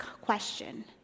question